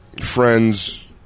friends